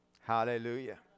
Hallelujah